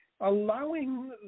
allowing